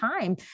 time